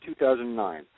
2009